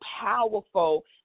powerful